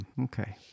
Okay